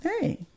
Hey